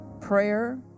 prayer